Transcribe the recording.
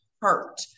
hurt